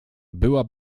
była